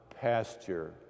pasture